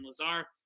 Lazar